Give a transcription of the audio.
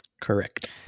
correct